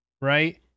Right